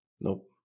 Nope